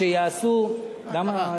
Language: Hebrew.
שיעשו, למה?